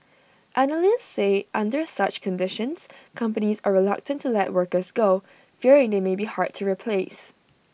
analysts say under such conditions companies are reluctant to let workers go fearing they may be hard to replace